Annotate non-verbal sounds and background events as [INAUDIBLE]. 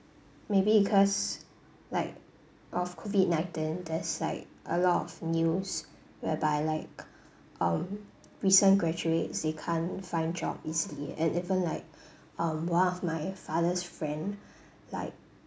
maybe because like of COVID nineteen there's like a lot of news whereby like um recent graduates they can't find job easily and even like [BREATH] um one of my father's friend like